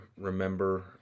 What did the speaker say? remember